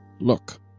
Look